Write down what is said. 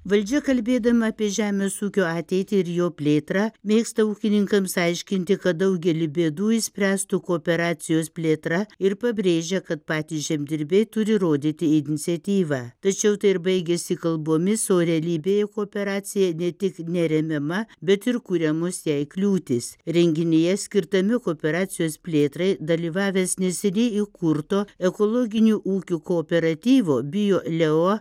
valdžia kalbėdama apie žemės ūkio ateitį ir jo plėtrą mėgsta ūkininkams aiškinti kad daugelį bėdų išspręstų kooperacijos plėtra ir pabrėžia kad patys žemdirbiai turi rodyti iniciatyvą tačiau tai ir baigiasi kalbomis o realybėje kooperacija ne tik neremiama bet ir kuriamos jai kliūtys renginyje skirtame kooperacijos plėtrai dalyvavęs neseniai įkurto ekologinių ūkių kooperatyvo bio leo